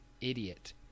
idiot